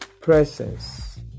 presence